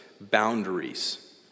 boundaries